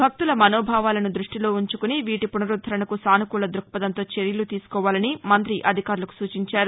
భక్తుల మనోభావాలను దృష్ణిలోకి ఉంచుకుని వీటి పునరుద్దరణకు సానుకూల దృక్పథంతో చర్యలు తీసుకోవాలని మంత్రి అధికారులకు సూచించారు